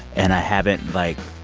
and i haven't, like,